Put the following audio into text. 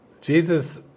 Jesus